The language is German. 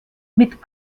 mit